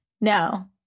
No